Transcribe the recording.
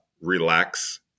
relax